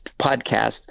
podcast